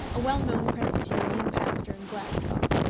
a well-known presbyterian pastor in glasgow.